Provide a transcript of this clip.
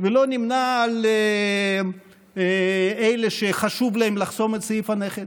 ולא נמנה עם אלה שחשוב להם לחסום את סעיף הנכד,